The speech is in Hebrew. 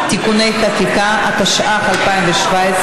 התשע"ז 2017,